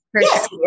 Yes